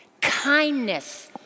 kindness